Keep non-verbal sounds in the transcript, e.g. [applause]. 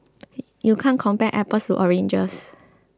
[noise] you can't compare apples to oranges